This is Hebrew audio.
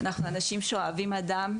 אנחנו אנשים שאוהבים אדם.